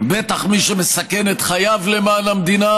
בטח מי שמסכן את חייו למען המדינה,